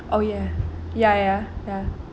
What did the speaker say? oh yes ya ya ya ya